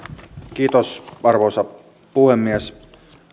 arvoisa puhemies